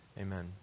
amen